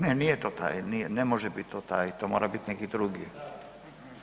Ne, nije to taj, nije, ne može biti to taj, to mora biti neki drugi.